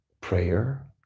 prayer